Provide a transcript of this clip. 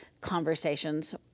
conversations